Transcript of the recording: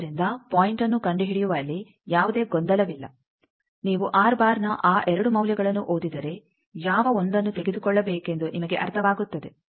ಆದ್ದರಿಂದ ಪಾಯಿಂಟ್ಅನ್ನು ಕಂಡುಹಿಡಿಯುವಲ್ಲಿ ಯಾವುದೇ ಗೊಂದಲವಿಲ್ಲ ನೀವು ನ ಆ 2 ಮೌಲ್ಯಗಳನ್ನು ಓದಿದರೆ ಯಾವ 1ಅನ್ನು ತೆಗೆದುಕೊಳ್ಳಬೇಕೆಂದು ನಿಮಗೆ ಅರ್ಥವಾಗುತ್ತದೆ